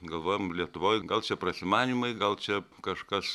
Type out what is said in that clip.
galvojom lietuvoj gal čia prasimanymai gal čia kažkas